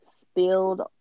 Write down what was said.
spilled